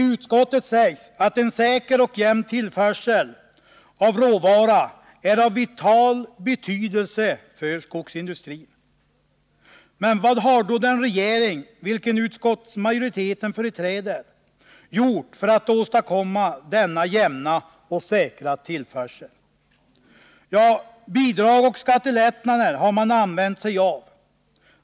Utskottet säger att en säker och jämn tillförsel av råvara är av vital betydelse för skogsindustrin. Men vad har då den regering som utskottsmajoriteten företräder gjort för att åstadkomma denna jämna och säkra tillförsel? Ja, bidrag och skattelättnader har den använt sig av.